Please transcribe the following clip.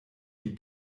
die